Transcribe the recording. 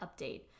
update